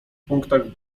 punktach